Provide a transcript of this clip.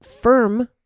firm